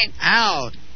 out